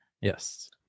Yes